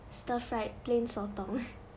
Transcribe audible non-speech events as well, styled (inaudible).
stir fried plain sotong (laughs)